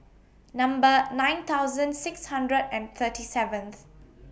Number nine thousand six hundred and thirty seventh